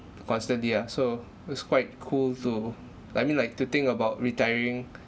constantly ah so it was quite cool to like I mean like to think about retiring